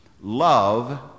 love